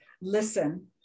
listen